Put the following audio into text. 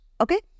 Okay